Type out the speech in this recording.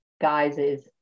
guises